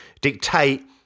dictate